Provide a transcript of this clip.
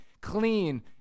clean